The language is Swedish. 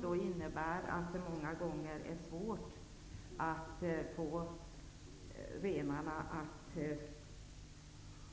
Det innebär att det många gånger är svårt att få renarna att